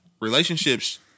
Relationships